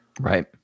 right